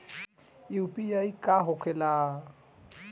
UPI का होखेला?